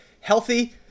healthy